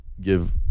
give